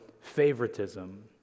favoritism